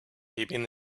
keeping